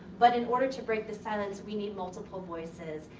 but in order to break the silence, we need multiple voices.